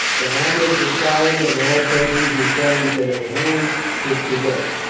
the hamlets were fired, and all persons who fell into their hands put to death